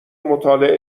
مطالعه